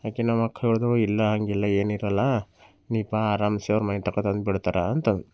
ಯಾಕಿನ್ನೂ ನಮ್ಮಕ್ಕ ಹೇಳಿದಳು ಇಲ್ಲ ಹಾಗೆಲ್ಲ ಏನಿರಲ್ಲ ನೀನು ಬಾ ಆರಾಮ್ಸೆ ಅವರ ಮನೆಗೆ ತನಕ ತಂದು ಬಿಡ್ತಾರೆ ಅಂತ ಅಂದು